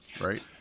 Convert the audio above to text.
right